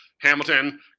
Hamilton